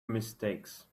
mistakes